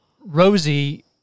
Rosie